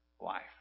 life